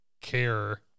care